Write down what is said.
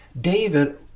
David